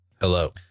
Hello